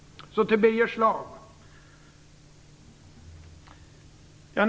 Så till Birger Schlaug.